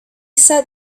sat